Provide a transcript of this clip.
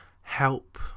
help